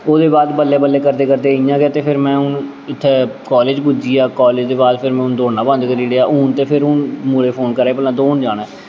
ओह्दे बाद बल्लें बल्लें करदे करदे इ'यां गै ते फिर में हून इत्थें कालेज़ पुज्जी गेआ कालेज़ दे बाद फिर मे हून दौड़ना बंद करी ओड़ेआ हून ते फिर हून मुड़े फोन करा दे हे भला दौड़न जाना ऐ